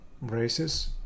races